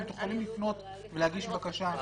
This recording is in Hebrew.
אתם יכולים לפנות ולהגיש בקשה --- אני